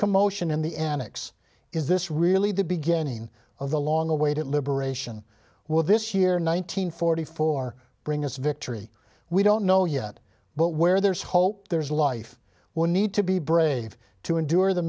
commotion in the enix is this really the beginning of the long awaited liberation will this year nine hundred forty four bring us victory we don't know yet but where there is hope there is life when need to be brave to endure the